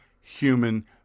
human